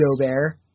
Gobert